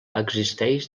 existeix